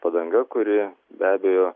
padanga kuri be abejo